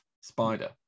Spider